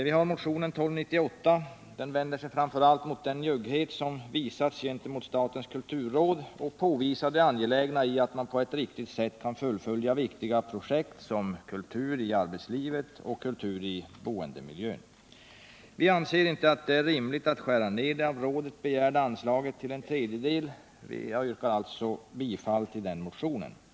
Motionen 1298 vänder sig framför allt mot den njugghet som har visats gentemot statens kulturråd och påvisar det angelägna i att man på ett riktigt sätt kan fullfölja viktiga projekt som Kultur i arbetslivet och Kultur i boendemiljön. Vi anser inte att det är rimligt att skära ned det av rådet begärda anslaget till en tredjedel. Jag yrkar alltså bifall till motionen 1298.